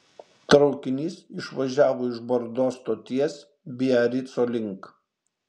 traukinys išvažiavo iš bordo stoties biarico link